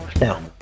Now